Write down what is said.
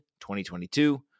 2022